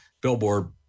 billboard